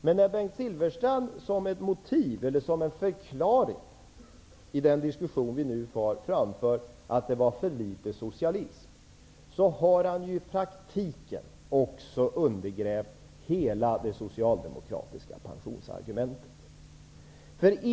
Men när Bengt Silfverstrand i denna diskussion som en förklaring framför att det var för litet socialism, har han i praktiken också undergrävt hela det socialdemokratiska pensionsargumentet.